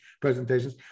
presentations